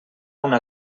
una